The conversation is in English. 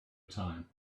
time